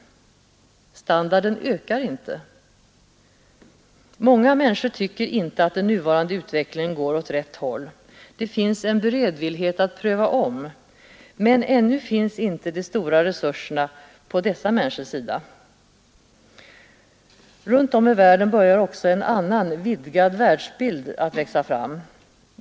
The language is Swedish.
Standarden ökar inte. Många människor tycker inte att den nuvarande utvecklingen går åt rätt håll. Det finns en beredvillighet att pröva om, men ännu finns inte de stora resurserna på dessa människors sida. Runt om i världen börjar också en annan, vidgad världsbild växa fram.